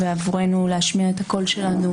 ועבורנו להשמיע את הקול שלנו